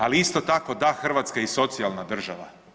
Ali isto tako, da, Hrvatska je socijalna država.